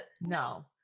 No